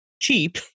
cheap